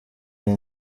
iyi